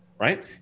right